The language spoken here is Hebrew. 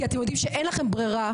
כי אתם יודעים שאין לכם ברירה,